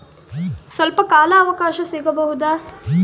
ಸ್ವಲ್ಪ ಕಾಲ ಅವಕಾಶ ಸಿಗಬಹುದಾ?